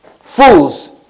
Fools